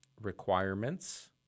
requirements